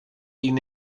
gegen